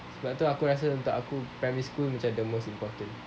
sebab tu aku rasa untuk aku primary macam the most important